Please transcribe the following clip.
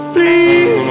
Please